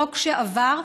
חוק שעבר,